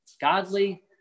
godly